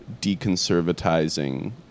deconservatizing